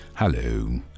Hello